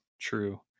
true